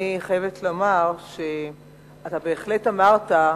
אני חייבת לומר שאתה בהחלט אמרת,